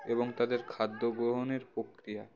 এবং তাদের খাদ্য গ্রহণের প্রক্রিয়া